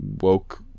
woke